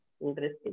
Interesting